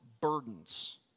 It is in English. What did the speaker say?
burdens